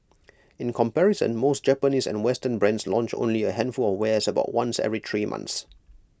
in comparison most Japanese and western brands launch only A handful of wares about once every three months